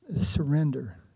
surrender